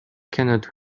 cannot